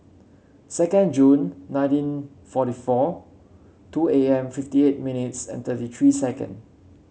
second June nineteen forty four two A M fifty eight minutes and thirty three second